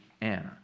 Anna